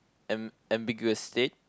am~ ambiguous state